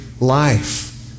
life